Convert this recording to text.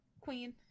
Queen